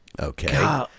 okay